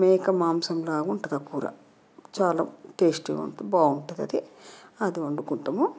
మేక మాంసం లాగా ఉంటుంది ఆ కూర చాలా టేస్టీగా ఉంటుంది బాగుంటుంది అది అది వండుకుంటాము